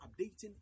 updating